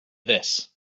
this